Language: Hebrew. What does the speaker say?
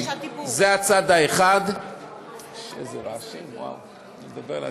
זה הצד האחד, איזה רעשים, אני מדבר לעצמי.